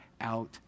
out